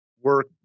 work